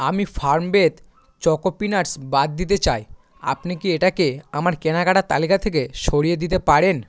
আমি Farmved choco peanuts বাদ দিতে চাই আপনি কি এটাকে আমার কেনাকাটার তালিকা থেকে সরিয়ে দিতে পারেন